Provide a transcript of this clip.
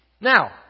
Now